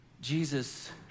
Jesus